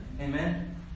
Amen